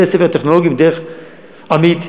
בתי-ספר טכנולוגיים דרך אמי"ת,